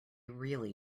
really